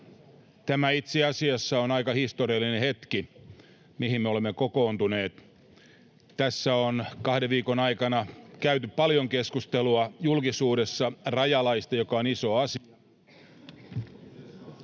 Tämä itse asiassa on aika historiallinen hetki, mihin me olemme kokoontuneet. Kahden viikon aikana julkisuudessa on käyty paljon keskustelua rajalaista, joka on iso asia,